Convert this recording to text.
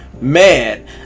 man